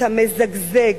אתה מזגזג,